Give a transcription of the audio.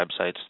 websites